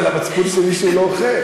לא, עכשיו זה על המצפון שלי שהוא לא אוכל.